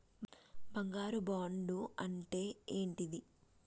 బంగారు బాండు అంటే ఏంటిది?